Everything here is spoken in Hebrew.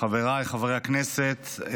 חבריי חברי הכנסת,